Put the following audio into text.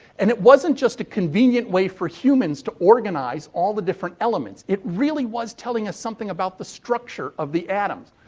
and it wasn't just a convenient way for humans to organise all the different elements. it really was telling us something about the structure of the atom.